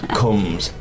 comes